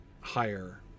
higher